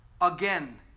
again